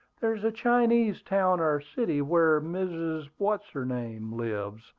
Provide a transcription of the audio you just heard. there's a chinese town or city, where mrs. what's-her-name lives,